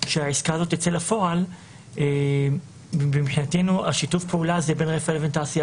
שהעסקה הזו תצא לפועל ומבחינתנו שיתוף הפעולה בין רפאל לבין תעשייה